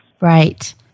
Right